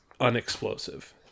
unexplosive